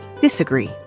disagree